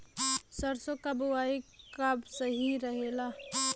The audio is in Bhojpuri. सरसों क बुवाई कब सही रहेला?